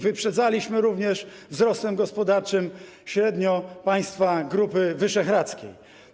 Wyprzedzaliśmy również wzrostem gospodarczym średnio państwa Grupy Wyszehradzkiej.